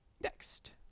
Next